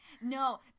No